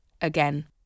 again